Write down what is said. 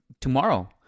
tomorrow